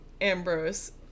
Ambrose